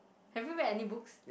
have you read any books